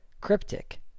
cryptic